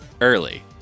early